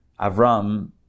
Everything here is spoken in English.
Avram